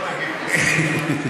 מקשיב,